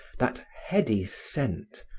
that heady scent,